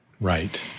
Right